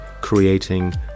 creating